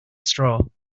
straw